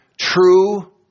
True